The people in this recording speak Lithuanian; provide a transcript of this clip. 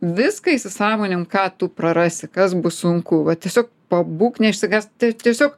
viską įsisąmonini ką tu prarasi kas bus sunku va tiesiog pabūk neišsigąsk tiesiog